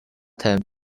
time